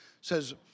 says